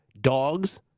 Dogs